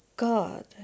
God